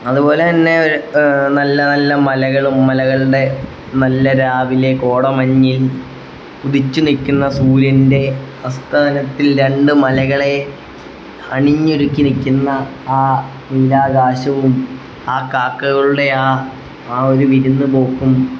അതുപോലെതന്നെ നല്ല നല്ല മലകളും മലകളുടെ നല്ല രാവിലെ കോടമഞ്ഞിൽ ഉദിച്ചുനില്ക്കുന്ന സൂര്യൻ്റെ ആസ്ഥാനത്തിൽ രണ്ടു മലകളെ അണിഞ്ഞൊരുക്കിനില്ക്കുന്ന ആ നീലാകാശവും ആ കാക്കകളുടെ ആ ആ ഒരു വിരുന്നുപോക്കും